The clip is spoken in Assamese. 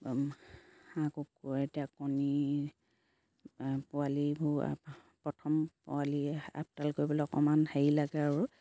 হাঁহ কুকুৰা এতিয়া কণী পোৱালীবোৰ প্ৰথম পোৱালি আপদাল কৰিবলৈ অকমান হেৰি লাগে আৰু